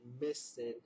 missing